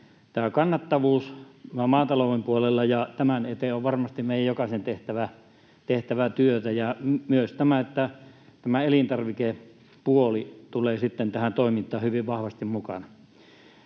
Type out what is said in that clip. kannattavuus maatalouden puolella — tämän eteen on varmasti meidän jokaisen tehtävä työtä ja myös tämän, että elintarvikepuoli tulee sitten tähän toimintaan hyvin vahvasti mukaan.